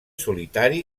solitari